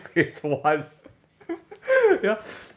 phase one ya